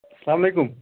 السلام علیکم